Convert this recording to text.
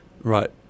Right